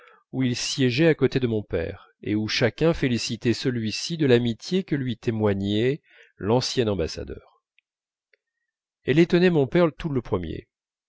où il siégeait à côté de mon père et où chacun félicitait celui-ci de l'amitié que lui témoignait l'ancien ambassadeur elle étonnait mon père tout le premier